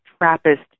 Trappist